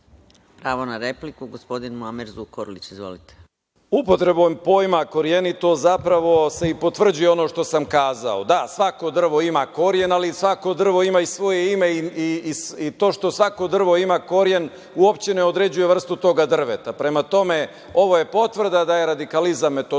Pravo na repliku. Izvolite. **Muamer Zukorlić** Upotrebom pojma "korenito" zapravo se i potvrđuje ono što sam kazao. Da, svako drvo ima koren, ali svako drvo ima i svoje ime. To što svako drvo ima koren, uopšte ne određuje vrstu toga drveta. Prema tome, ovo je potvrda da je radikalizam metodologija